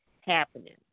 happening